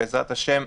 בעזרת השם,